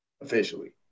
officially